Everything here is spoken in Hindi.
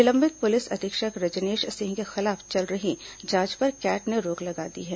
निलंबित पुलिस अधीक्षक रजनेश सिंह के खिलाफ चल रही जांच पर कैट ने रोक लगा दी है